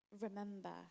remember